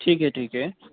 ٹھیک ہے ٹھیک ہے